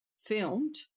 filmed